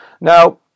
Now